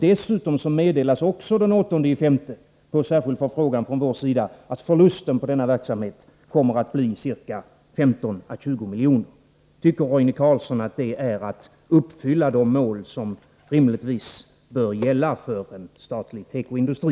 Dessutom meddelades den 8 maj, på särskild förfrågan från vår sida, att förlusten på denna verksamhet kommer att bli 15 å 20 miljoner. Jag vill ställa följande fråga: Tycker Roine Carlsson att det är att uppfylla de mål som rimligtvis bör gälla för en statlig tekoindustri?